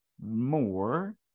more